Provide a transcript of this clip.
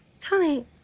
Tony